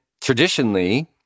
traditionally